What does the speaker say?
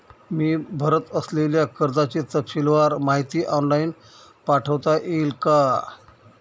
मी भरत असलेल्या कर्जाची तपशीलवार माहिती ऑनलाइन पाठवता येईल का?